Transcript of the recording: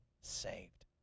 saved